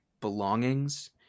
belongings